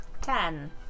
Ten